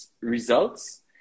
results